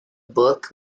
book